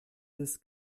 des